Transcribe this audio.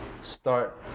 start